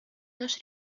наш